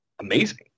amazing